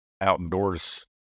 outdoors